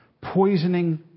poisoning